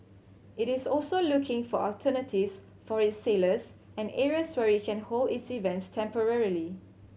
it is also looking for alternatives for its sailors and areas where it can hold its events temporarily